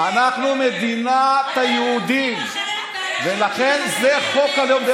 אנחנו מדינת היהודים ולכן זה חוק הלאום.